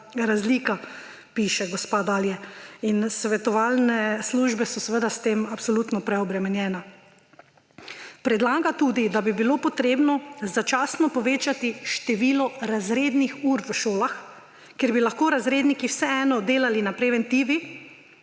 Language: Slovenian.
razlika, piše gospa dalje. In svetovalne službe so seveda s tem absolutno preobremenjene. Predlaga tudi, da bi bilo potrebno začasno povečati število razrednih ur v šolah, ker bi lahko razredniki vseeno delali na preventivi,